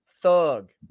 thug